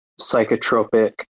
psychotropic